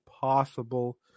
possible